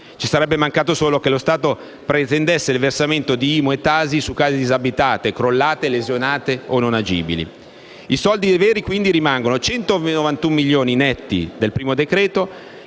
Ci sarebbe mancato solo che lo Stato pretendesse il versamento di IMU e TASI su case disabitate, perché crollate, lesionate o non agibili. I soldi veri rimangono quindi i 191 milioni netti del primo decreto,